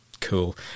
cool